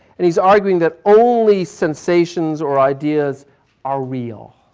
and he's arguing that only sensations or ideas are real.